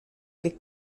che